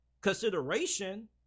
consideration